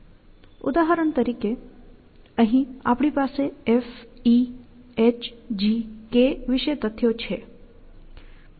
તેથી ઉદાહરણ તરીકે અહીં આપણી પાસે F E H G K વિશે તથ્યો છે